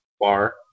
bar